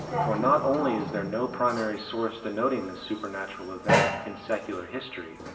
for not only is there no primary source denoting this supernatural event in secular history,